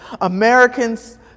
Americans